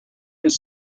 his